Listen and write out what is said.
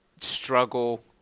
struggle